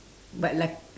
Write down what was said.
but like